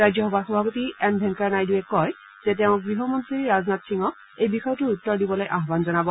ৰাজ্যসভাৰ সভাপতি এম ভেংকায়া নাইডুৰে কয় যে তেওঁ গৃহমন্ত্ৰী ৰাজনাথ সিঙক এই বিষয়টোৰ উত্তৰ দিবলৈ আয়ন জনাব